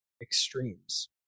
extremes